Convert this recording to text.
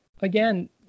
again